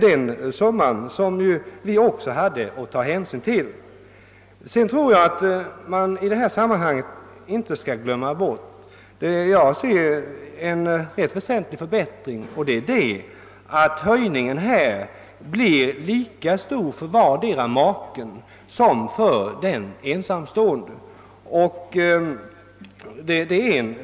Dessa kostnader hade vi att ta hänsyn till. I sammanhanget skall vi inte glömma bort den väsentliga förbättringen, att höjningen blir lika stor för vardera maken som för den ensamstående.